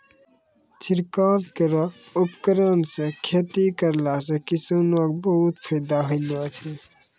छिड़काव केरो उपकरण सँ खेती करला सें किसानो क बहुत फायदा होलो छै